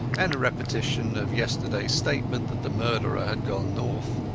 and a repetition of yesterdayas statement that the murderer had gone north.